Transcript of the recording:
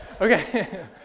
Okay